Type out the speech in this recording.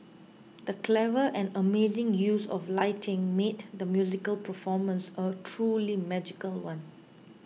the clever and amazing use of lighting made the musical performance a truly magical one